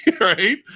right